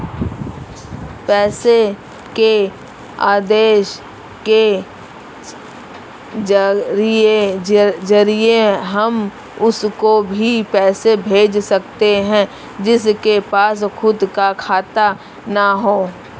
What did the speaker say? पैसे के आदेश के जरिए हम उसको भी पैसे भेज सकते है जिसके पास खुद का खाता ना हो